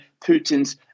Putin's